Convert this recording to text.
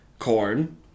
corn